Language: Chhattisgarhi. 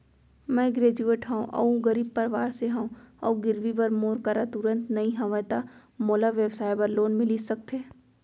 मैं ग्रेजुएट हव अऊ गरीब परवार से हव अऊ गिरवी बर मोर करा तुरंत नहीं हवय त मोला व्यवसाय बर लोन मिलिस सकथे?